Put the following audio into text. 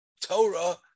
Torah